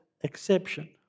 exception